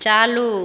चालू